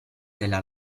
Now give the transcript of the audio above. della